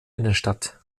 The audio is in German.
innenstadt